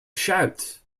shout